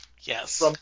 Yes